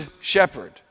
shepherd